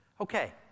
Okay